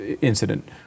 incident